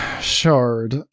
shard